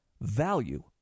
value